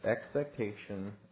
expectation